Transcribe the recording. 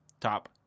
top